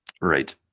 right